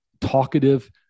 talkative